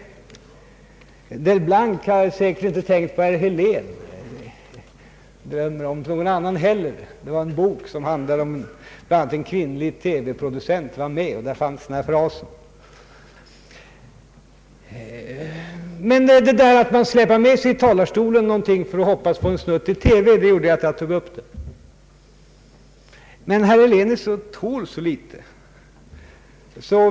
Delblanc har säkert inte tänkt på herr Helén, och inte på någon annan heller. Han skrev en bok som handlade om en kvinnlig TV-producent, och där fanns denna fras. Men det förfaringssättet att man släpar med sig någonting i talarstolen för att hoppas på en snutt i TV gjorde att jag tog upp detta. Herr Helén tål så litet.